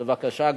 בבקשה,